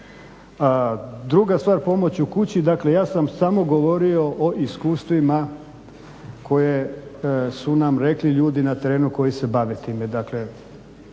Druga stvar, pomoć u kući, dakle ja sam samo govorio o iskustvima koje su nam rekli ljudi na terenu koji se bave time.